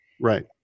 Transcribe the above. Right